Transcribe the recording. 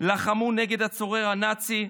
לחמו נגד הצורר הנאצי,